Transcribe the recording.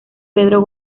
pedro